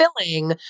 filling